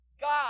God